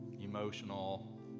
emotional